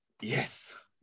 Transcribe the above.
yes